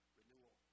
renewal